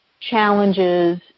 challenges